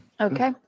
Okay